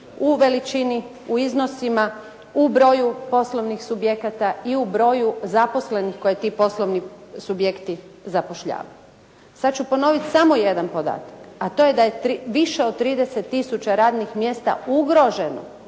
u veličini, u iznosima, u broju poslovnih subjekata i u broju zaposlenih koje ti poslovni subjekti zapošljavaju. Sada ću ponoviti samo jedan podatak a to je da je više od 30 tisuća radnih mjesta ugroženo